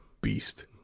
beast